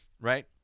Right